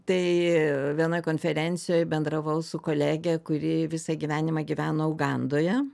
tai vienoj konferencijoj bendravau su kolege kuri visą gyvenimą gyveno ugandoje